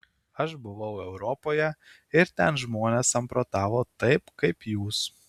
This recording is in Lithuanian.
aš buvau europoje ir ten žmonės samprotavo taip kaip jūs